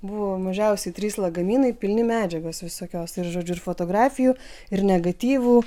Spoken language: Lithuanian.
buvo mažiausiai trys lagaminai pilni medžiagos visokios ir žodžiu ir fotografijų ir negatyvų